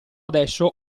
adesso